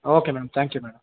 okay madam thank you madam